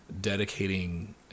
dedicating